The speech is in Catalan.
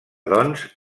doncs